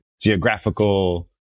geographical